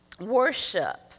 Worship